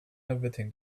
everything